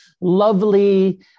lovely